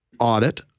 Audit